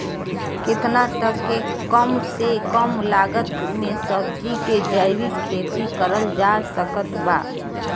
केतना तक के कम से कम लागत मे सब्जी के जैविक खेती करल जा सकत बा?